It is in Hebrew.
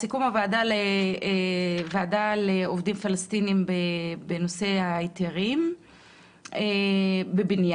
סיכום הוועדה לעובדים פלסטינים בנושא ההיתרים בבניין,